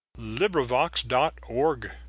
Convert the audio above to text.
LibriVox.org